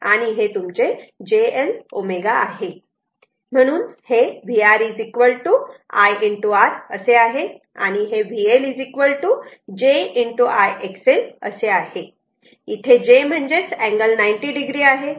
म्हणून हे vR I R आहे आणि हे VL j I XL आहे इथे j म्हणजेच अँगल 90 o आहे